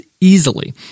easily